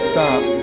Stop